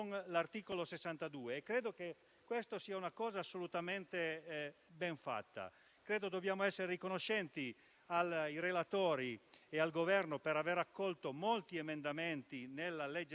a prevaricazione o abusi di potere. Questa norma ci mette in mano gli strumenti per andare con forza in tale direzione.